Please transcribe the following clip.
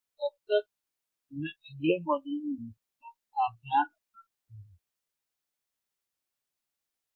तो तब तक मैं अगले मॉड्यूल में देखूंगा आप ध्यान रखना अलविदा